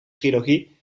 trilogie